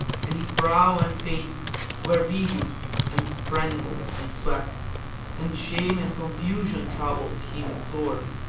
and his brow and face were beaded and spangled with sweat and shame and confusion troubled him sorely.